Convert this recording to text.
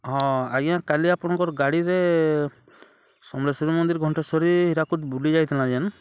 ହଁ ଆଜ୍ଞା କାଲି ଆପଣ୍ଙ୍କର୍ ଗାଡ଼ିରେ ସମଲେଶ୍ୱରୀ ମନ୍ଦିର ଘଣ୍ଟେଶ୍ୱରୀ ହୀରାକୁଦ ବୁଲି ଯାଇଥିଲାଁ ଯେନ୍